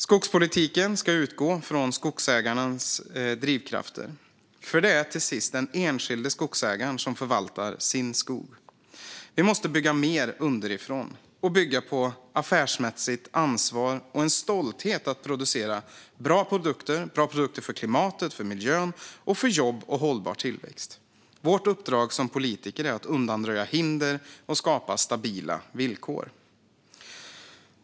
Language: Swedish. Skogspolitiken ska utgå från skogsägarens drivkrafter, för det är till sist den enskilde skogsägaren som förvaltar sin skog. Vi måste bygga mer underifrån och bygga på affärsmässigt ansvar och en stolthet att producera bra produkter för klimatet, för miljön och för jobb och hållbar tillväxt. Vårt uppdrag som politiker är att undanröja hinder och skapa stabila villkor.